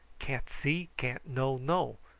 can't see, can't know know.